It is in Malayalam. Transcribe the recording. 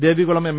ദേവികുളം എം